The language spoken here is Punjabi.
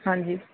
ਹਾਂਜੀ